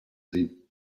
sehen